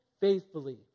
faithfully